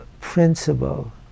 principle